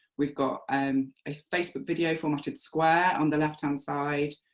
we've got um a facebook video formatted square on the left-hand side,